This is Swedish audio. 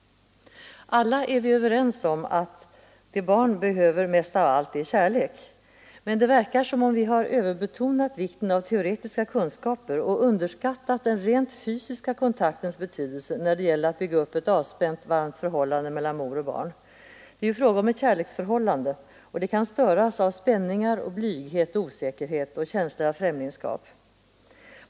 Alla är vi överens om att vad barn behöver mest av allt är kärlek. Men det verkar som om vi har överbetonat vikten av teoretiska kunskaper och underskattat den rent fysiska kontaktens betydelse när det gäller att bygga upp ett avspänt, varmt förhållande mellan mor och barn. Det är ju fråga om ett kärleksförhållande, och det kan störas av spänningar, blyghet och osäkerhet och känslor av främlingskap.